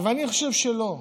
אני חושב שלא.